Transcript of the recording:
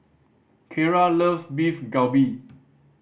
Kiera loves Beef Galbi